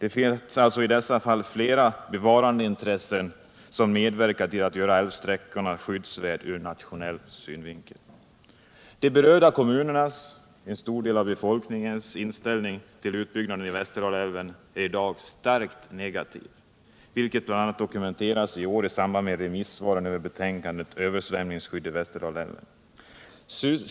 Det finns alltså i dessa fall flera bevarandeintressen som med 85 verkar till att göra älvsträckan skyddsvärd ur nationell synvinkel. De berörda kommunernas och en stor del av befolkningens inställning till utbyggnad av Västerdalälven är i dag starkt negativ, vilket bl.a. dokumenterats i remissvaren över betänkandet Översvämningsskydd i Västerdalälven.